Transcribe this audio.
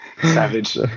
Savage